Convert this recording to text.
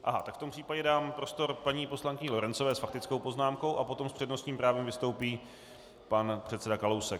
Ne, tak v tom případě dám prostor paní poslankyni Lorencové s faktickou poznámkou a potom s přednostním právem vystoupí pan předseda Kalousek.